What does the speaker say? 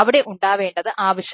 അവിടെ ഉണ്ടാവേണ്ടത് ആവശ്യമാണ്